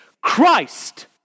Christ